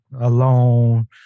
alone